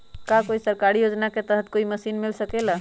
का कोई सरकारी योजना के तहत कोई मशीन मिल सकेला?